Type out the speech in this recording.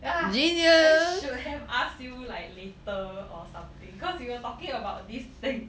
ugh I should have ask you like later or something because we were talking about this thing